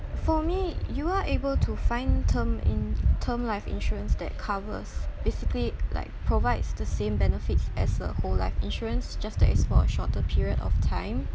for me you are able to find term in~ term life insurance that covers basically like provides the same benefits as a whole life insurance just that it's for a small shorter period of time